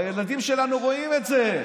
הילדים שלנו רואים את זה,